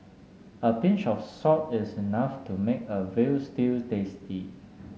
a pinch of salt is enough to make a veal stew tasty